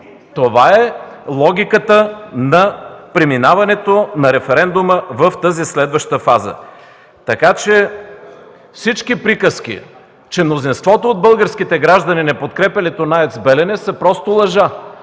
Това е логиката на преминаването на референдума в тази следваща фаза. Всички приказки, че мнозинството от българските граждани не подкрепят АЕЦ „Белене” са просто лъжа.